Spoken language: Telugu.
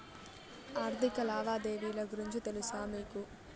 ఆర్థిక లావాదేవీల గురించి తెలుసా మీకు